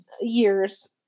years